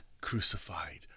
crucified